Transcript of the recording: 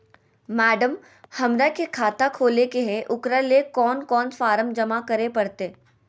Madam, हमरा के खाता खोले के है उकरा ले कौन कौन फारम जमा करे परते?